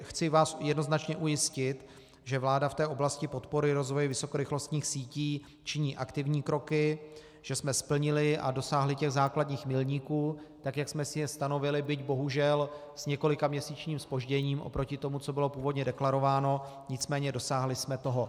Chci vás jednoznačně ujistit, že vláda v oblasti podpory rozvoje vysokorychlostních sítí činí aktivní kroky, že jsme splnili a dosáhli základních milníků, tak jak jsme si je stanovili, byť bohužel s několikaměsíčním zpožděním oproti tomu, co bylo původně deklarováno, nicméně dosáhli jsme toho.